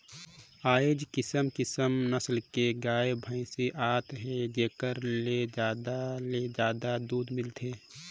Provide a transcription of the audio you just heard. आयज किसम किसम नसल के गाय, भइसी आत हे जेखर ले जादा ले जादा दूद मिलथे